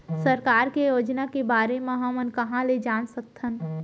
सरकार के योजना के बारे म हमन कहाँ ल जान सकथन?